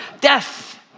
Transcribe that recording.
Death